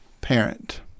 parent